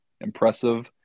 Impressive